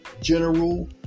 general